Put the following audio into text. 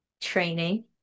training